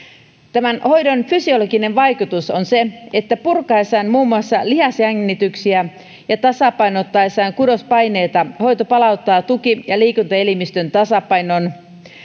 tämän hoidon fysiologinen vaikutus on se että muun muassa purkaessaan lihasjännityksiä ja tasapainottaessaan kudospaineita hoito palauttaa tuki ja liikuntaelimistön tasapainon